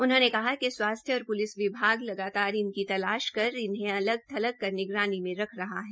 उन्होंने कहा कि स्वास्थ्य और प्लिस विभाग लगागतार इनकी तलाश कर इन्हें अलग थलग कर निगरानी मे रख रहा है